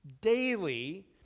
daily